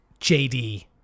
jd